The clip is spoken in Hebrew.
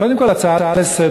קודם כול, הצעה לסדר.